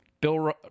Bill